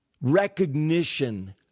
recognition